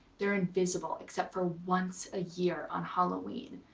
they're invisible, except for once a year on halloween.